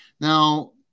Now